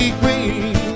queen